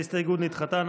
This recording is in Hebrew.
ההסתייגות נדחתה.